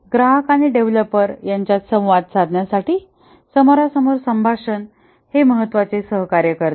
ग्राहक आणि डेव्हलपर यांच्यात संवाद साधण्यासाठी समोर सामोरे संभाषण हे महत्वाचे सहकार्य करते